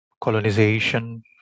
colonization